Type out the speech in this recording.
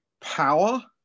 Power